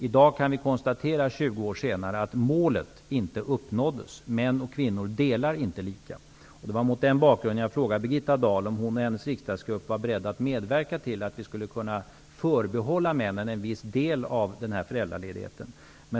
I dag, 20 år senare, kan vi konstatera att det målet inte uppnåddes. Män och kvinnor delar inte lika. Det var mot den bakgrunden som jag frågade Birgitta Dahl om hennes riksdagsgrupp var beredd att medverka till att vi skulle kunna förbehålla männen en viss del av föräldraledigheten.